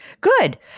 good